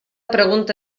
pregunta